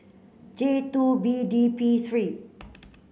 J two B D P three